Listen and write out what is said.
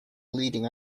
leading